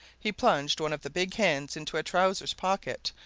he plunged one of the big hands into a trousers' pocket,